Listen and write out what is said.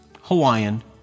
Hawaiian